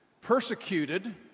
persecuted